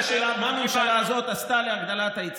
שאלת שאלה: מה הממשלה עשתה להגדלת ההיצע,